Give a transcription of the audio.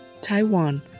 Taiwan